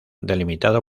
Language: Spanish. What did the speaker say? delimitado